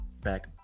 back